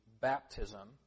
baptism